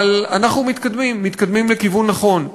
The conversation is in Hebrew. אבל אנחנו מתקדמים, מתקדמים בכיוון נכון.